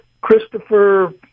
Christopher